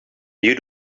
you